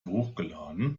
hochgeladen